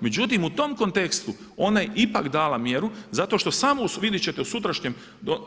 Međutim u tom kontekstu ona je ipak dala mjeru zato što samo, vidjeti ćete u sutrašnjem